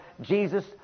Jesus